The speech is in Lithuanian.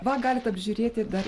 va galit apžiūrėt ir dar